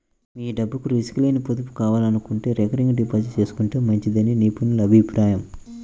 మీ డబ్బుకు రిస్క్ లేని పొదుపు కావాలనుకుంటే రికరింగ్ డిపాజిట్ చేసుకుంటే మంచిదని నిపుణుల అభిప్రాయం